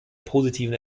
positiven